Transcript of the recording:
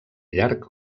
llarg